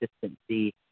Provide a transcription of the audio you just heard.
consistency